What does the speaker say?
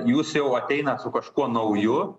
jūs jau ateinat su kažkuo nauju